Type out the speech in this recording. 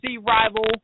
rival